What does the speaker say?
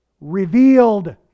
revealed